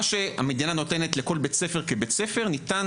מה שהמדינה נותנת לכל בית ספר כבית ספר ניתן